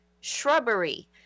shrubbery